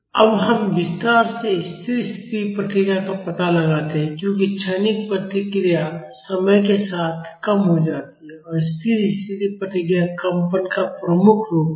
अब हम विस्तार से स्थिर स्थिति प्रतिक्रिया का पता लगाते हैं क्योंकि क्षणिक प्रतिक्रिया समय के साथ कम हो जाती है स्थिर स्थिति प्रतिक्रिया कंपन का प्रमुख रूप है